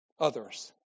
others